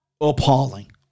appalling